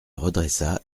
redressa